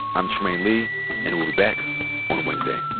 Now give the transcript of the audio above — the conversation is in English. i'm trymaine lee and we'll be back on wednesday